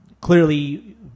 Clearly